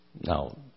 Now